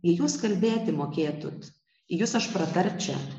jūs kalbėti mokėtut jus aš pratarčia